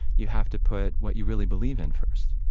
you have to put what you really believe in first